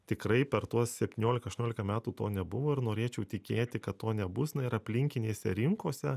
tikrai per tuos septyniolika aštuoniolika metų to nebuvo ir norėčiau tikėti kad to nebus na ir aplinkinėse rinkose